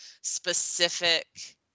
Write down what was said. specific